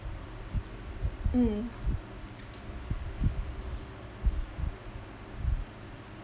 mm